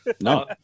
no